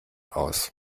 aus